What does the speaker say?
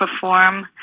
perform